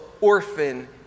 orphan